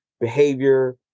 behavior